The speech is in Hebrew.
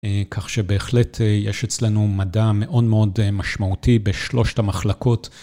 כך שבהחלט יש אצלנו מדע מאוד מאוד משמעותי בשלושת המחלקות.